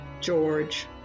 George